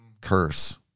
curse